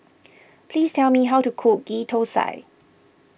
please tell me how to cook Ghee Thosai